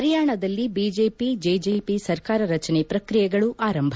ಪರಿಯಾಣದಲ್ಲಿ BJP JJP ಸರ್ಕಾರ ರಚನೆ ಪ್ರಕ್ರಿಯೆಗಳು ಆರಂಭ